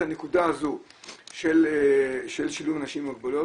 הנקודה הזו של שילוב אנשים עם מוגבלויות,